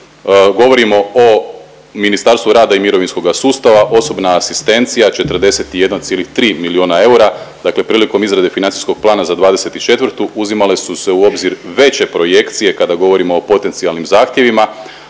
govorimo o Ministarstvu rada i mirovinskoga sustava osobna asistencija 41,3 miliona eura. Dakle, prilikom izrade financijskog plana za '24. uzimale su se u obzir veće projekcije kada govorimo o potencijalnim zahtjevima,